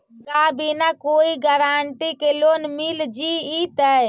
का बिना कोई गारंटी के लोन मिल जीईतै?